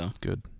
Good